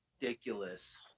ridiculous